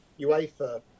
UEFA